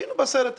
היינו בסרט הזה.